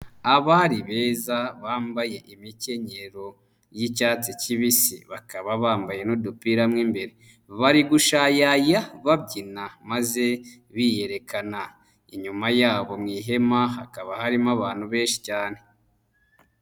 Abari beza bambaye imikenyero y'icyatsi kibisi. Bakaba bambaye n'udupira mu imbere. Bari gushayaya babyina maze biyerekana. Inyuma yabo mu ihema hakaba harimo abantu benshi cyane.